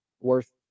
worth